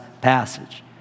passage